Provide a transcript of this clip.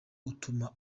utuma